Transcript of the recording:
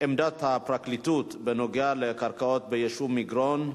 הפרקליטות בנוגע לקרקעות ביישוב מגרון,